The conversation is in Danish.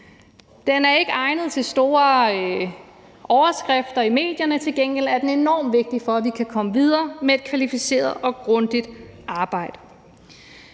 Det er ikke egnet til store overskrifter i medierne. Til gengæld er det enormt vigtigt for, at vi kan komme videre med et kvalificeret og grundigt arbejde.